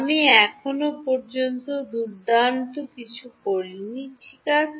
আমি এখন পর্যন্ত দুর্দান্ত কিছু করি নি ঠিক আছে